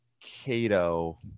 Cato